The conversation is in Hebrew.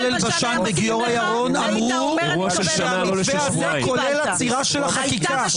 יובל אלבשן וגיורא ירון אמרו כולל עצירה של החקיקה.